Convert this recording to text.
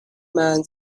man